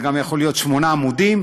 זה גם יכול להיות שמונה עמודים,